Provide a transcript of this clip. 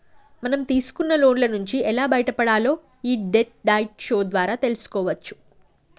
మనం తీసుకున్న లోన్ల నుంచి ఎలా బయటపడాలో యీ డెట్ డైట్ షో ద్వారా తెల్సుకోవచ్చు